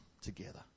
together